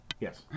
Yes